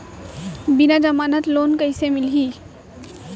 बिना जमानत लोन कइसे मिलही?